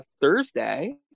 Thursday